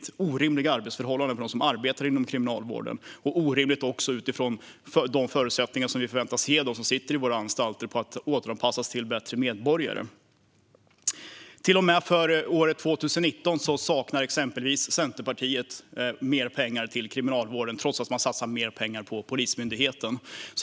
Det skapar orimliga arbetsförhållanden för dem som arbetar inom kriminalvården, och det är också orimligt utifrån de förutsättningar som vi förväntas ge dem som sitter på våra anstalter att återanpassas till bättre medborgare. Till och med för år 2019 saknar exempelvis Centerpartiet mer pengar till Kriminalvården, trots att de satsar mer pengar på Polismyndigheten.